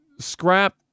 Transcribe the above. scrap